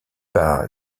par